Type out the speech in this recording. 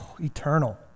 eternal